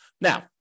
Now